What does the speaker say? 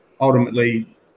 ultimately